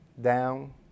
Down